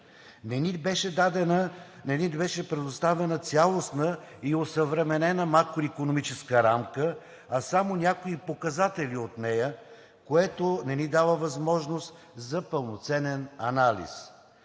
Не ни беше предоставена цялостна и осъвременена макроикономическа рамка, а само някои показатели от нея, което не ни дава възможност за пълноценен анализ.